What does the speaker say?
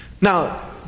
Now